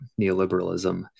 neoliberalism